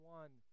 one